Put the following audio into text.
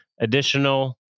Additional